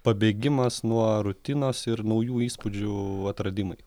pabėgimas nuo rutinos ir naujų įspūdžių atradimai